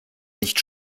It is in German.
nicht